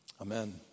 Amen